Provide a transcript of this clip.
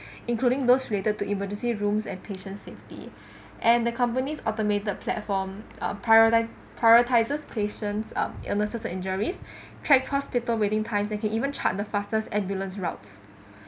including those related to emergency rooms and patient safety and the company's automated platform prioriti~ prioritise patients um illnesses and injuries tracks hospital waiting times they can even chart the fastest ambulance routes